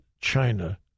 China